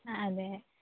ആ അതെ